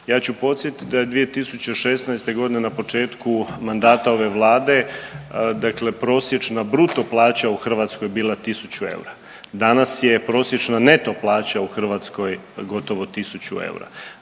Ja ću podsjetiti da je 2016.g. na početku mandata ove vlade prosječna bruto plaća u Hrvatskoj bila tisuću eura, danas je prosječna neto plaća u Hrvatskoj gotovo tisuću eura,